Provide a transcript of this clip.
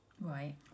Right